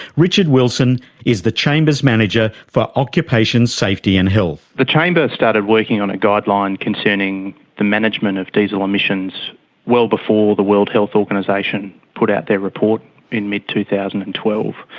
richard wilson is the chamber's manager for occupation, safety and health. the chamber started working on a guideline concerning the management of diesel emissions well before the world health organisation put out their report in mid two thousand and twelve.